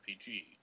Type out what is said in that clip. RPG